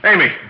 Amy